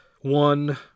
one